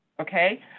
okay